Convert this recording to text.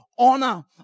honor